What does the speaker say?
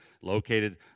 located